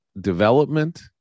development